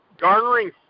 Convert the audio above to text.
garnering